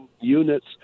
units